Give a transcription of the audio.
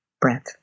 breath